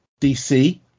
DC